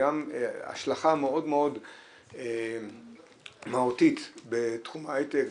גם השלכה מאוד מאוד מהותית בתחום ההייטק,